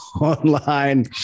online